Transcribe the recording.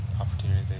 opportunity